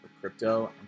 crypto